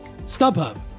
StubHub